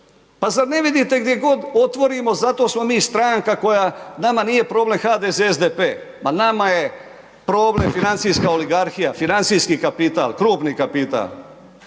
Pa zar ne vidite gdje god otvorimo, zato smo mi stranka koja, nama nije problem HDZ, SDP, ma nama je problem financijska oligarhija, financijski kapital, krupni kapital,